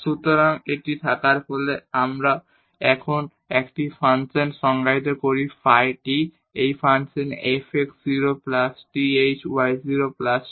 সুতরাং এটি থাকার ফলে আমরা এখন একটি ফাংশন সংজ্ঞায়িত করি ফাই t একই function f x 0 plus th y 0 plus tk